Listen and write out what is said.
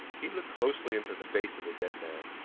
he looked closely into the face of the dead man,